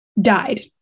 died